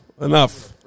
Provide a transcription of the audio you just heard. Enough